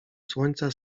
słońca